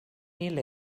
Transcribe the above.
mil